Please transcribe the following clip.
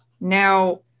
Now